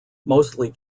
mostly